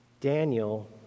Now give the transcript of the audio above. Daniel